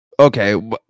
Okay